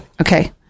Okay